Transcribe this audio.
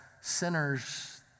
sinners